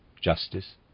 justice